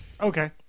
okay